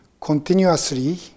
Continuously